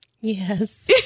Yes